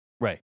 Right